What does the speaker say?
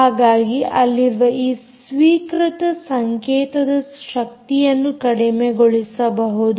ಹಾಗಾಗಿ ಅಲ್ಲಿರುವ ಈ ಸ್ವೀಕೃತ ಸಂಕೇತದ ಶಕ್ತಿಯನ್ನು ಕಡಿಮೆಗೊಳಿಸಬಹುದು